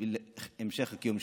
בשביל המשך הקיום שלהם.